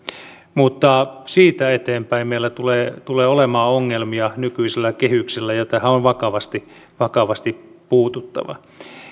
mutta siitä eteenpäin meillä tulee tulee olemaan ongelmia nykyisillä kehyksillä ja tähän on vakavasti vakavasti puututtava